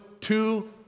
two